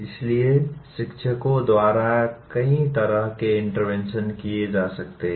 इसलिए शिक्षकों द्वारा कई तरह के इंटरवेंशन किए जा सकते हैं